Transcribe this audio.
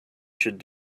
should